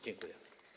Dziękuję.